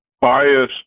bias